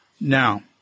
now